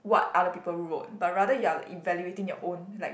what other people wrote but rather you are evaluating your own like